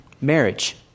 Marriage